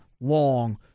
long